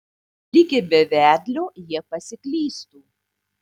likę be vedlio jie pasiklystų